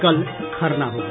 कल खरना होगा